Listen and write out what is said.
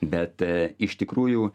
bet iš tikrųjų